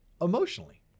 emotionally